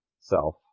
self